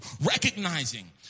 recognizing